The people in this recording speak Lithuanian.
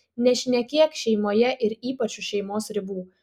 nešnekėk šeimoje ir ypač už šeimos ribų